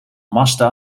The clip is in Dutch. mazda